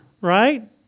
Right